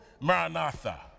Maranatha